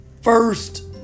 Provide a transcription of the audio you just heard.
first